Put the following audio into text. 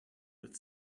with